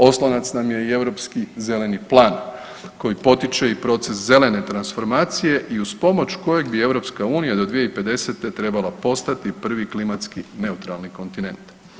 Oslonac nam je i europski zeleni plan koji potiče proces zelene transformacije i uz pomoć kojeg bi EU do 2050. trebala postati prvi klimatski neutralni kontinent.